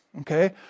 Okay